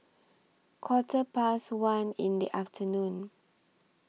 Quarter Past one in The afternoon